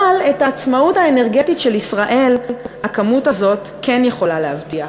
אבל את העצמאות האנרגטית של ישראל הכמות הזאת כן יכולה להבטיח.